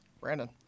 Brandon